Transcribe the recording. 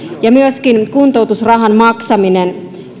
myöskin kuntoutusrahan maksaminen